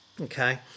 okay